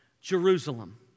Jerusalem